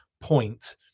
point